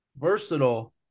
Versatile